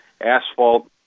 asphalt